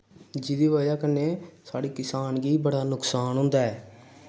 जेह्दी बजह कन्नै साढ़े किसान गी बड़ा नकसान होंदा ऐ